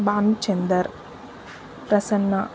Bhanuchander Prasanna